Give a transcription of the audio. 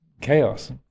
chaos